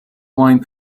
wine